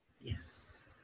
Yes